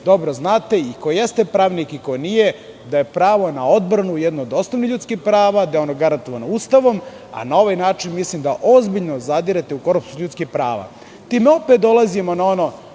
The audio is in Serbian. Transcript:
dobro znate, i ko jeste pravnik, i ko nije, da je pravo na odbranu jedno od osnovnih ljudskih prava, da je ono garantovano Ustavom, a na ovaj način ozbiljno zadirate u ljudska prava. Time opet dolazimo na ono